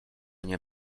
nie